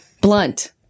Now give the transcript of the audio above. Blunt